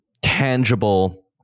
tangible